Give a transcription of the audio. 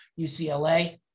UCLA